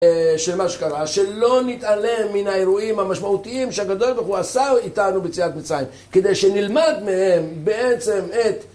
של מה שקרה, שלא נתעלם מן האירועים המשמעותיים שהקדוש ברוך הוא עשה איתנו ביציאת מצרים, כדי שנלמד מהם בעצם את